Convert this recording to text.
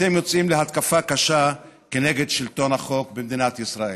אתם יוצאים להתקפה קשה כנגד שלטון החוק במדינת ישראל.